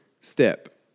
step